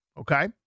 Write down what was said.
Okay